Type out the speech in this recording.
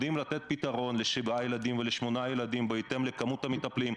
יודעים לתת פתרון לשבעה ילדים ולשמונה ילדים בהתאם לכמות המטפלים.